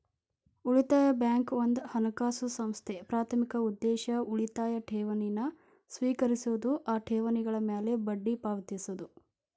ಉಳಿತಾಯ ಬ್ಯಾಂಕ್ ಒಂದ ಹಣಕಾಸು ಸಂಸ್ಥೆ ಪ್ರಾಥಮಿಕ ಉದ್ದೇಶ ಉಳಿತಾಯ ಠೇವಣಿನ ಸ್ವೇಕರಿಸೋದು ಆ ಠೇವಣಿಗಳ ಮ್ಯಾಲೆ ಬಡ್ಡಿ ಪಾವತಿಸೋದು